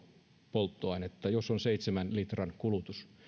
polttoainetta jos on seitsemän litran kulutus